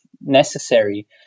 necessary